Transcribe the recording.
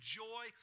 joy